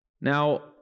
Now